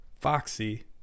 foxy